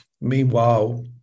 Meanwhile